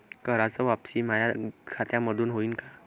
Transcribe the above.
कराच वापसी माया खात्यामंधून होईन का?